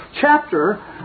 chapter